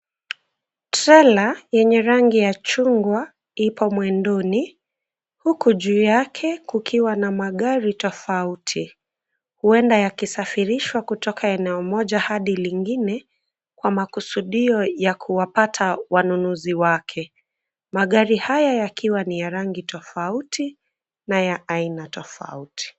Trela yenye rangi ya chungwa ipo mwendoni huku juu yake kukiwa na magari tofauti, huenda yakisafirishwa kutoka eneo moja hadi lingine kwa makusudio ya kuwapata wanunuzi wake, magari haya yakiwa ni ya rangi tofauti na ya aina tofauti.